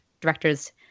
directors